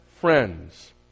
friends